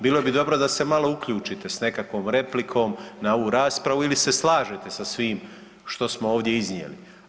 Bilo bi dobro da se malo uključite sa nekakvom replikom na ovu raspravu ili se slažete sa svim što smo ovdje iznijeli.